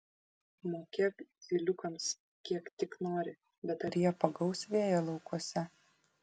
mokėk zyliukams kiek tik nori bet ar jie pagaus vėją laukuose